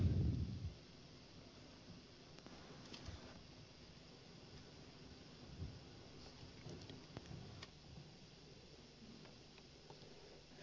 herra puhemies